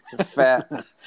Fat